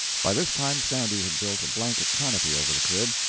by this time sandy had built a blanket canopy over the crib,